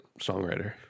Songwriter